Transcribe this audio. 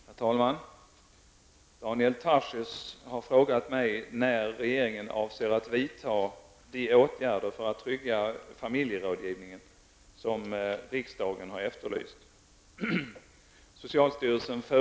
Herr talman! Daniel Tarschys har frågat mig när regeringen avser att vidta de åtgärder för att trygga familjerådgivningen som riksdagen har efterlyst.